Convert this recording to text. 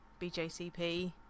bjcp